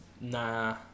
Nah